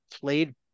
played